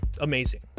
amazing